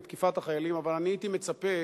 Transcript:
אבל אני הייתי מצפה